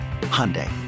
Hyundai